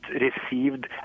received